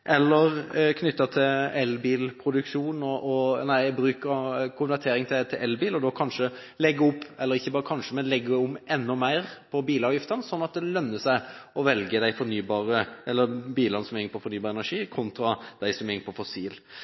eller det kan være knyttet til konvertering til elbil, og da legge om enda mer på bilavgiften, sånn at det lønner seg å velge de bilene som går på fornybar energi, kontra de som går på fossil.